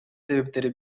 себептери